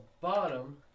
bottom